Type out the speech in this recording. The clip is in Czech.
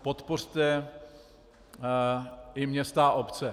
Podpořte i města a obce.